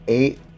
eight